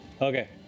Okay